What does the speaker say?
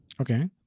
Okay